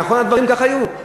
זה נכון שהדברים כך היו,